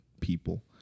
people